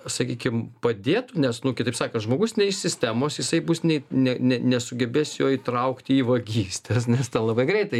sakykim padėtų nes nu kitaip sakan žmogus ne iš sistemos jisai bus ne ne ne nesugebės jo įtraukti į vagystes nes tą labai greitai